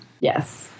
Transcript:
Yes